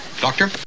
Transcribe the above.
Doctor